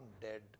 dead